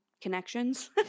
connections